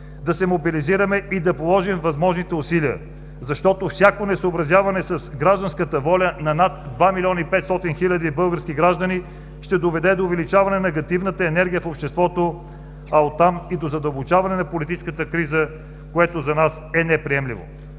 да се мобилизираме и да положим възможните усилия, защото всяко несъобразяване с гражданската воля на над 2 млн. 500 хиляди български граждани, ще доведе до увеличаване на негативната енергия в обществото, а оттам и до задълбочаване на политическата криза, което за нас е неприемливо.